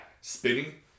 Spinning